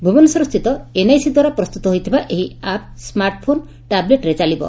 ଭୁବନେଶ୍ୱରସ୍ଥିତ ଏନ୍ଆଇସି ଦ୍ୱାରା ପ୍ରସ୍ଠୁତ ହୋଇଥିବା ଏହି ଆପ୍ ସ୍କାର୍ଟଫୋନ୍ ଟାବ୍ଲେଟ୍ରେ ଚାଲିବ